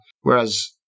whereas